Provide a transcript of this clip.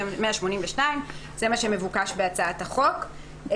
זה מה שמבוקש בהצעת החוק.